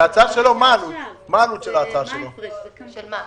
מה העלות של ההצעה שלו,